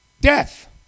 death